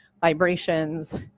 vibrations